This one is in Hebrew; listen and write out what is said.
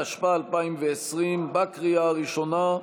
התשפ"א 2020, לקריאה הראשונה,